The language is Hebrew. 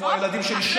כמו הילדים שלי.